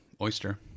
oyster